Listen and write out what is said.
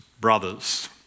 brothers